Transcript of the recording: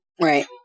Right